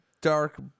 dark